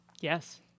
Yes